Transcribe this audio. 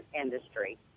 industry